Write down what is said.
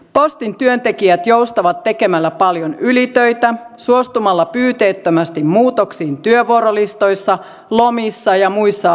postin työntekijät joustavat tekemällä paljon ylitöitä suostumalla pyyteettömästi muutoksiin työvuorolistoissa lomissa ja muissa asioissa